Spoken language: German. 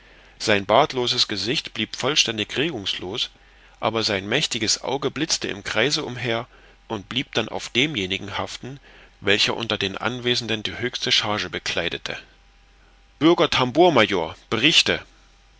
sein bartloses gesicht blieb vollständig regungslos aber sein mächtiges auge blitzte im kreise umher und blieb dann auf demjenigen haften welcher unter den anwesenden die höchste charge bekleidete bürger tambour major berichte